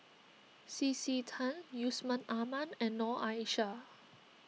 C C Tan Yusman Aman and Noor Aishah